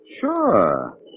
Sure